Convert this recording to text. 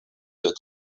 that